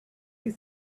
you